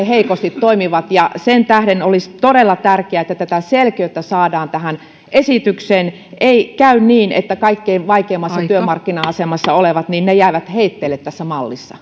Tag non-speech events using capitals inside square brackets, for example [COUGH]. [UNINTELLIGIBLE] heikosti toimivat ja sen tähden olisi todella tärkeätä että tätä selkeyttä saadaan tähän esitykseen ettei käy niin että kaikkein vaikeimmassa työmarkkina asemassa olevat jäävät heitteille tässä mallissa